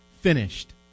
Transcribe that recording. finished